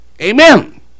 Amen